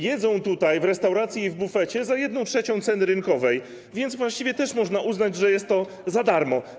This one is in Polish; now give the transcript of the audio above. Jedzą tutaj, w restauracji i w bufecie, za 1/3 ceny rynkowej, więc właściwie też można uznać, że jest to za darmo.